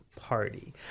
Party